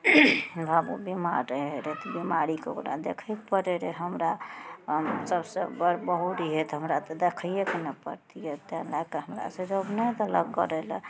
बाबू बीमार रहय रहय तऽ बिमारीके ओकरा देखयके पड़य रहय हमरा हम सभ सँ बड़ बहू रहियै तऽ हमरा तऽ देखययैके ने पड़तियै तै लअके हमरा से जॉब नहि देलक करय लए